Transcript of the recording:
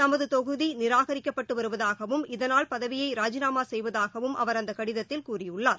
தமதுதொகுதிநிராகரிக்கப்பட்டுவருவதாகவும் இதனால் பதவியைராஜிநாமாசெய்வதாகவும் அவர் அந்தகடிதத்தில் கூறியுள்ளார்